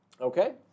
Okay